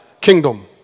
kingdom